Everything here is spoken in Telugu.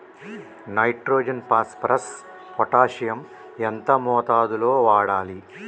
నైట్రోజన్ ఫాస్ఫరస్ పొటాషియం ఎంత మోతాదు లో వాడాలి?